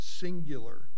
singular